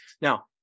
Now